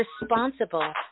responsible